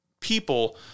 people